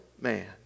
man